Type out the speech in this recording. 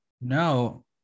no